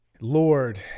Lord